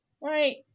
Right